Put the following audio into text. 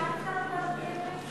ממש שכנעת אותנו.